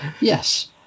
Yes